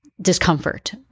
discomfort